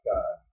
God